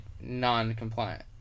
non-compliant